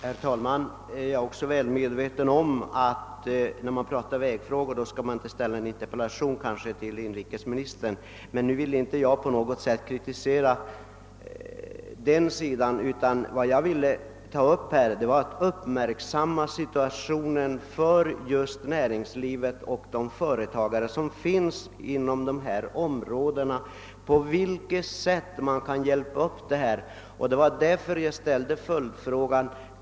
Herr talman! Jag är väl medveten om att man inte skall i princip ställa vägfrågor till inrikesministern. Min avsikt var inte att kritisera utan jag önskade bara göra inrikesminstern uppmärksam på näringslivets situation inom dessa områden och fråga, på vilket sätt man kan avhjälpa svårigheterna. Därför ställde jag följdfrågan.